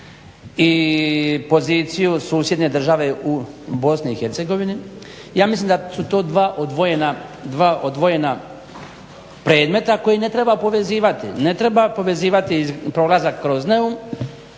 i poziciju susjedne države u BIH, ja mislim da su to dva odvojena predmeta koje ne treba povezivati. Ne treba povezivati prolazak kroz Neum,